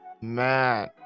Man